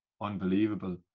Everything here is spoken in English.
unbelievable